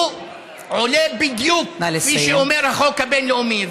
הוא עולה בדיוק כפי שאומר החוק הבין-לאומי,